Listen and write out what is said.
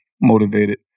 Motivated